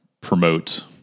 promote